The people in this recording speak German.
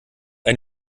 ein